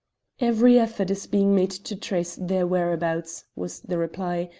every effort is being made to trace their whereabouts, was the reply,